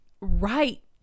right